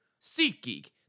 SeatGeek